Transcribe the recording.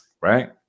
Right